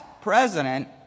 president